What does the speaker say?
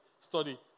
study